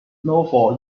snowfall